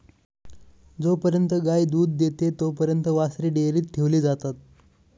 जोपर्यंत गाय दूध देते तोपर्यंत वासरे डेअरीत ठेवली जातात